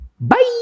Bye